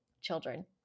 children